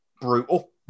brutal